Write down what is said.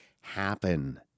happen